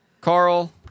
Carl